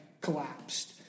collapsed